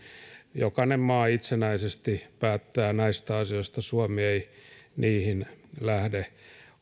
jokainen maa itsenäisesti päättää näistä asioista suomi ei niissä lähde